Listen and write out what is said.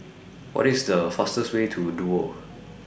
What IS The fastest Way to Duo